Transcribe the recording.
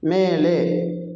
ಮೇಲೆ